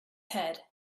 head